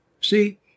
See